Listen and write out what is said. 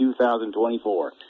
2024